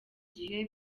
gihe